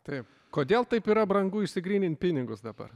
taip kodėl taip yra brangu išsigrynint pinigus dabar